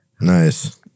Nice